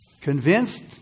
Convinced